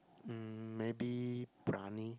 mm maybe briyani